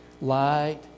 light